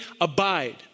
abide